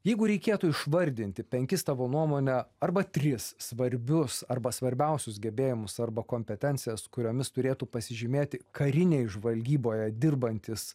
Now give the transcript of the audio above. jeigu reikėtų išvardinti penkis tavo nuomone arba tris svarbius arba svarbiausius gebėjimus arba kompetencijas kuriomis turėtų pasižymėti karinėj žvalgyboje dirbantis